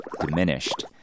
diminished